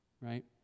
right